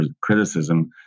criticism